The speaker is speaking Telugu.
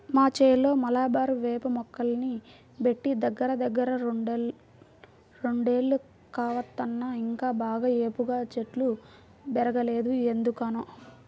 మా చేలో మలబారు వేప మొక్కల్ని బెట్టి దగ్గరదగ్గర రెండేళ్లు కావత్తన్నా ఇంకా బాగా ఏపుగా చెట్లు బెరగలేదు ఎందుకనో